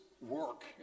work